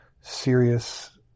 serious